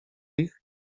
ich